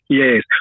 yes